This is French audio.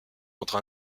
contre